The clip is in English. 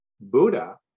Buddha